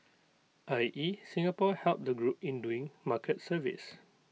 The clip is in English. I E Singapore helped the group in doing market surveys